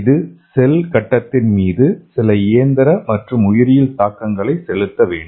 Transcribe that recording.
இது செல் கட்டத்தின் மீது சில இயந்திர மற்றும் உயிரியல் தாக்கங்களையும் செலுத்த வேண்டும்